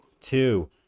Two